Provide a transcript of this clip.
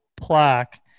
plaque